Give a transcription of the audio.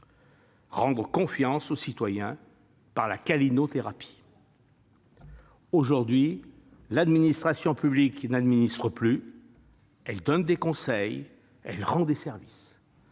rendre confiance aux citoyens par la câlinothérapie. Aujourd'hui, l'administration publique n'administre plus : elle donne des conseils et rend des services.